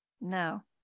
No